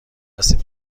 هستیم